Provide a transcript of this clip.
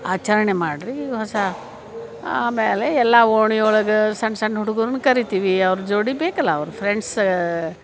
ಆಚರಣೆ ಮಾಡಿರಿ ಹೊಸ ಆಮೇಲೆ ಎಲ್ಲ ಓಣಿ ಒಳಗೆ ಸಣ್ಣ ಸಣ್ಣ ಹುಡ್ಗುರ್ನ ಕರೀತೀವಿ ಅವ್ರ ಜೋಡಿ ಬೇಕಲ್ಲ ಅವ್ರ ಫ್ರೆಂಡ್ಸ್